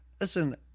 listen